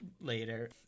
later